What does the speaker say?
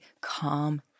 calm